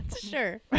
sure